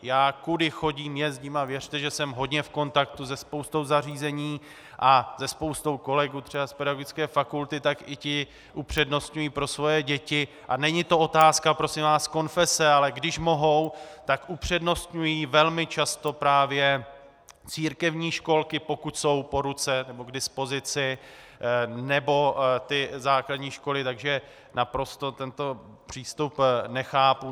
Já kudy chodím a jezdím a věřte, že jsem hodně v kontaktu se spoustou zařízení a se spoustou kolegů třeba z pedagogické fakulty, tak i ti upřednostňují pro svoje děti, a prosím vás, není to otázka konfese, ale když mohou, tak upřednostňují velmi často právě církevní školky, pokud jsou po ruce, nebo k dispozici, nebo základní školy, takže naprosto tento přístup nechápu.